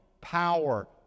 power